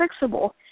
fixable